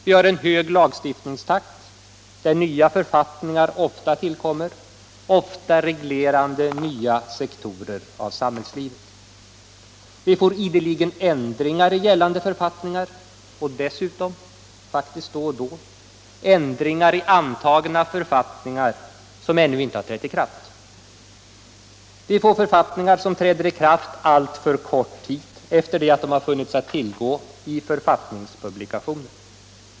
Vi har en hög lagstiftningstakt, där nya författningar ofta tillkommer, ofta reglerande nya sektorer av samhällslivet. Vi får ideligen ändringar i gällande författningar och dessutom — faktiskt då och då — ändringar i antagna författningar som ännu inte trätt i kraft. Vi får författningar som träder i kraft alltför kort tid efter det att de funnits att tillgå i författningspublikationen.